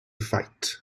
fight